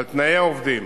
על תנאי העובדים,